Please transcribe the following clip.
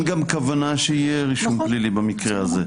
גם כוונה שיהיה רישום פלילי במקרה הזה.